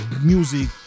Music